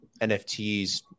NFTs